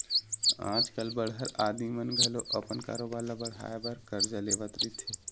आज कल बड़हर आदमी मन घलो अपन कारोबार ल बड़हाय बर करजा लेवत रहिथे